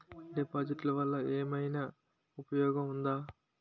డిపాజిట్లు వల్ల ఏమైనా ఉపయోగం ఉందా?